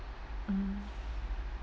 mm